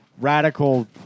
radical